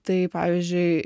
tai pavyzdžiui